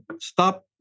stop